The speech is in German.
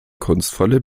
kunstvolle